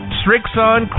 Strixon